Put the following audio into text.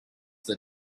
the